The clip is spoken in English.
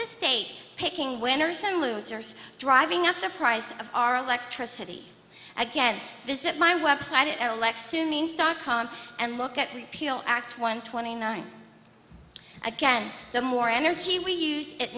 the state picking winners and losers driving up the price of our electricity again visit my website it elects to mean dot com and look at repeal act one twenty nine again the more energy we use it